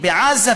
בעזה,